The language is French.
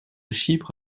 chypre